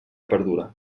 perdura